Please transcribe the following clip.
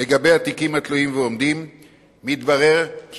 לגבי התיקים התלויים ועומדים מתברר כי